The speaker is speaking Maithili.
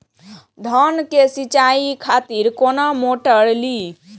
धान के सीचाई खातिर कोन मोटर ली?